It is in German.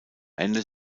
ende